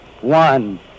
one